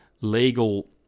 legal